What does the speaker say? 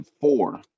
four